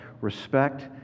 respect